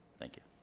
thank you.